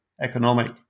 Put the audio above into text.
economic